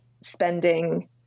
spending